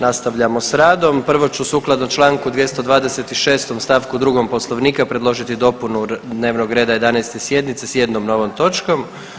Nastavljamo s radnom, prvo ću sukladno Članku 226. stavku 2. Poslovnika predložiti dopunu dnevnog reda 11. sjednice s jednom novom točkom.